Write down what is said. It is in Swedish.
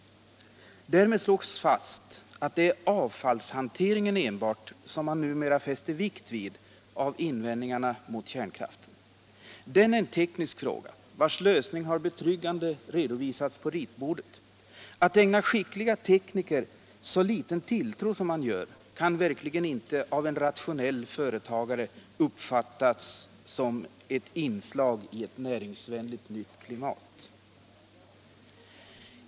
Med denna slogs fast att det enbart är avfallshanteringen som man numera fäster vikt vid när det gäller invändningarna mot kärnkraften. Den är en teknisk fråga, vars lösning har betryggande redovisats på ritbordet. Att sätta så liten tilltro till skickliga tekniker som man gör kan verkligen inte av en rationell företagare uppfattas som ett inslag i ett näringsvänligt nytt klimat.